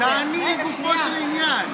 תעני לגופו של עניין.